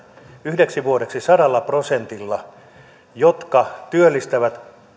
yhdeksi vuodeksi sadalla prosentilla ne työnantajat jotka työllistävät